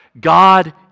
God